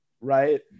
right